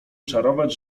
czarować